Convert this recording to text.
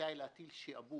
יקראו "לעקל";"